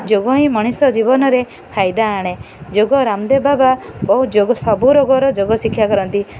ଯୋଗ ହିଁ ମଣିଷ ଜୀବନରେ ଫାଇଦା ଆଣେ ଯୋଗ ରାମଦେବ ବାବା ବହୁତ ଯୋଗ ସବୁ ରୋଗର ଯୋଗ ଶିକ୍ଷା କରନ୍ତି